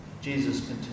Jesus